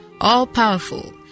all-powerful